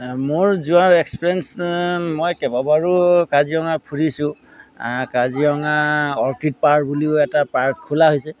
মোৰ যোৱাৰ এক্সপিৰিয়েঞ্চ মই কেইবাবাৰো কাজিৰঙা ফুৰিছোঁ কাজিৰঙা অৰ্কিড পাৰ্ক বুলিও এটা পাৰ্ক খোলা হৈছে